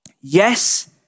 Yes